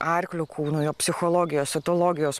arklio kūno jo psichologijos etologijos